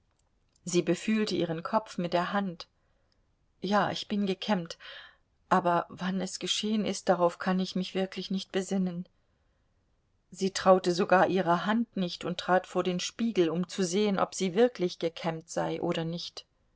sie befühlte ihren kopf mit der hand ja ich bin gekämmt aber wann es geschehen ist darauf kann ich mich wirklich nicht besinnen sie traute sogar ihrer hand nicht und trat vor den spiegel um zu sehen ob sie wirklich gekämmt sei oder nicht